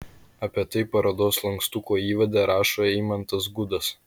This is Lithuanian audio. apie tai parodos lankstuko įvade rašo eimantas gudas